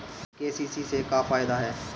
KCC से का फायदा ह?